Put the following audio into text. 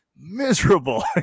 miserable